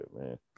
man